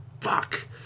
Fuck